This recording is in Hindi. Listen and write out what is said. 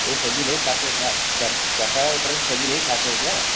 यह सब्ज़ी नहीं खाते हैं क्या आप कट काटा कटहल की सब्ज़ी नहीं खाते हैं क्या